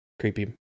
creepy